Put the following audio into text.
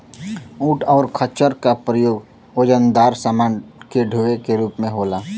ऊंट और खच्चर का प्रयोग वजनदार समान के डोवे के रूप में होला